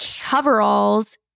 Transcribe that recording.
coveralls